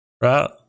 Right